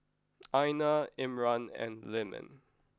Aina Imran and Leman